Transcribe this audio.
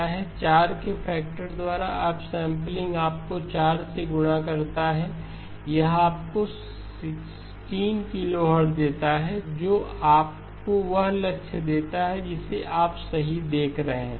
4 के फैक्टर द्वारा up sampling आपको 4 से गुणा करता है यह आपको 16 किलोहर्ट्ज़ देता है जो आपको वह लक्ष्य देता है जिसे आप सही देख रहे हैं